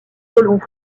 colons